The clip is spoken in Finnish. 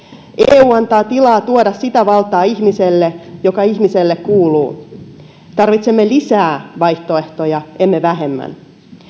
eu antaa tilaa tuoda sitä valtaa ihmiselle joka ihmiselle kuuluu tarvitsemme lisää vaihtoehtoja emme vähemmän